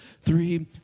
three